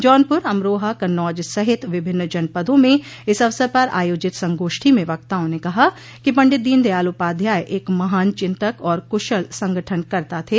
जौनपुर अमरोहा कन्नौज सहित विभिन्न जनपदों में इस अवसर पर आयोजित संगोष्ठी में वक्ताओं ने कहा कि पंडित दीन दयाल उपाध्याय एक महान चिंतक और कुशल संगठनकर्ता थे